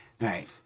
right